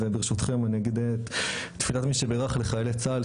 אז ברשותכם אני אגיד תפילת מי שבירך לחיילי צה"ל.